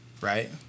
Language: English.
right